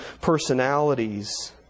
personalities